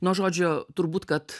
nuo žodžio turbūt kad